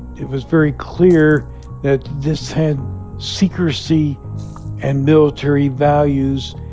it was very clear that this had secrecy and military values.